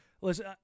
Listen